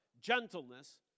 gentleness